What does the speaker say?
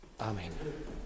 Amen